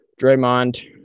Draymond